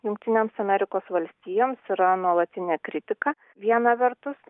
jungtinėms amerikos valstijoms yra nuolatinė kritika viena vertus